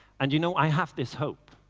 and you know, i have this hope.